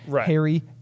Harry